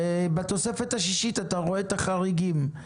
בתוספת השישית אתה רואה את החריגים.